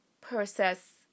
process